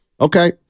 Okay